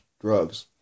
drugs